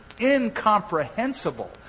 Incomprehensible